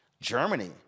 Germany